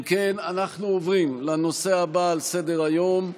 אם כן, אנחנו עוברים לנושא הבא על סדר-היום,